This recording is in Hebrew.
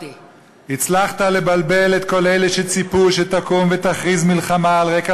הצלחת לבלבל את כל אלה שציפו שתקום ותכריז מלחמה על רקע